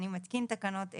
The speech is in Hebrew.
אני מתקין תקנות אלה: